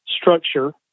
structure